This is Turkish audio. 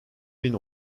bin